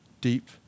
deep